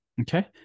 okay